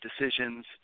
decisions